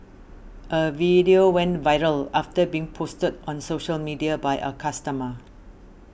a video went viral after being posted on social media by a customer